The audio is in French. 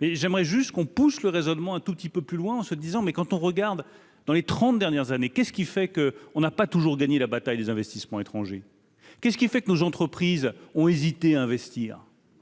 Mais j'aimerais juste qu'on pousse le raisonnement un tout petit peu plus loin en se disant : mais quand on regarde dans les 30 dernières années qu'est-ce qui fait que on n'a pas toujours gagner la bataille des investissements étrangers, qu'est ce qui fait que nos entreprises ont hésité à investir.